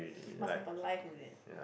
must have a life is it